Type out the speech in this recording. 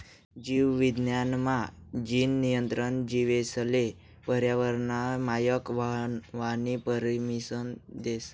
जीव विज्ञान मा, जीन नियंत्रण जीवेसले पर्यावरनना मायक व्हवानी परमिसन देस